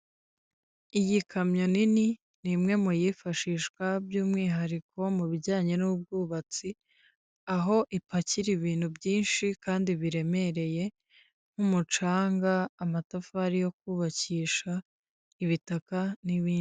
Iyi kamyo nini n'imwe muyifashishwa by'umwihariko mu bijyanye n'ubwubatsi aho ipakira ibintu byinshi kandi biremereye nk'umucanga, amatafari yo kubakisha, ibitaka n'ibindi.